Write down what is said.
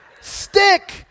Stick